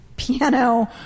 Piano